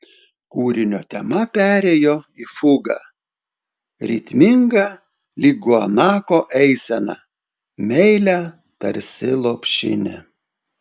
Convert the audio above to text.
kūrinio tema perėjo į fugą ritmingą lyg guanako eisena meilią tarsi lopšinė